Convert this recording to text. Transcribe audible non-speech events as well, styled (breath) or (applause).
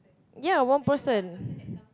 ya one person (breath)